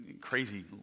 crazy